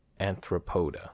anthropoda